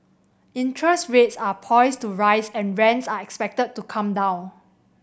interest rates are poised to rise and rents are expected to come down